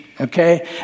Okay